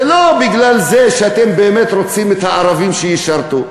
לא כי אתם באמת רוצים את הערבים שישרתו.